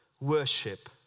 worship